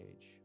age